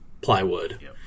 plywood